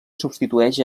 substitueix